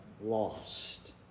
lost